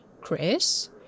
Chris